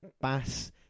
Bass